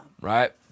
right